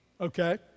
Okay